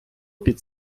під